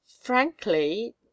Frankly